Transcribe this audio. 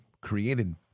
created